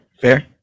fair